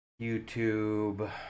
YouTube